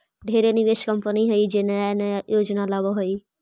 ढेरे निवेश कंपनी हइ जे नया नया योजना लावऽ हइ